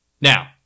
Now